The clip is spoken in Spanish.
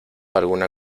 alguna